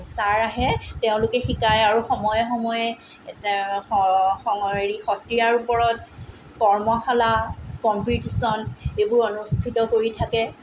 sir আহে তেওঁলোকে শিকাই আৰু সময়ে সময়ে হেৰি সত্ৰীয়াৰ ওপৰত কৰ্মশালা কম্পিটিশ্যন এইবোৰ অনুষ্ঠিত কৰি থাকে